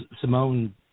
Simone